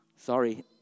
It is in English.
Sorry